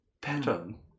pattern